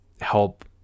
help